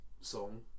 song